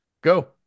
Go